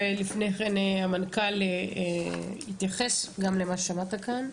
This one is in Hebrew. ולפני כן המנכ"ל יתייחס גם למה ששמעת כאן,